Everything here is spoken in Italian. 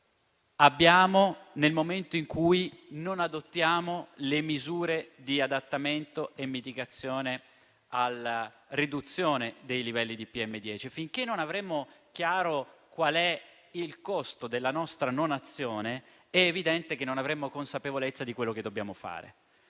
nel momento in cui non adottiamo misure di adattamento e mitigazione per la riduzione dei livelli di PM10. Finché non avremo chiaro qual è il costo della nostra mancanza di azione, è evidente che non avremo consapevolezza di quello che dobbiamo fare.